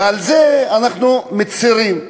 ועל זה אנחנו מצרים.